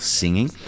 singing